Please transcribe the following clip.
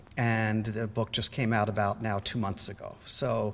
and the book just came out about now two months ago. so